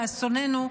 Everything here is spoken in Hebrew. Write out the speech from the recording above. לאסוננו,